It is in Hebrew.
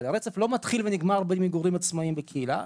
אבל הרצף לא מתחיל ונגמר במגורים עצמאיים בקהילה.